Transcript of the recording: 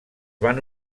van